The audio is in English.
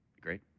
Great